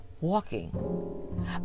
walking